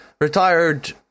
retired